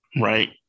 Right